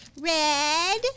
red